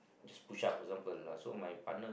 just push up for example lah so partner